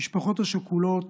המשפחות השכולות